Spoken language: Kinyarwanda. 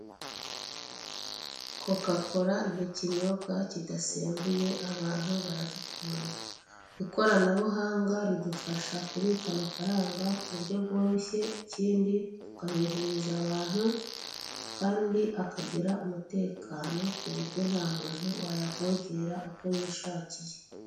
Kokakora ni ikinyobwa kidasembuye, abantu baragikunda. Ikoranabuhanga ridufasha kubika amafaranga ku buryo bworoshye, ikindi tukayoherereza abantu, kandi akagira umutekano ku buryo nta muntu wayavogera uko yishakiye.